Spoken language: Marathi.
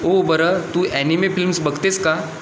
ओ बरं तू ॲनिमे फिल्म्स बघतेस का